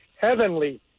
heavenly